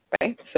right